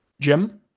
Jim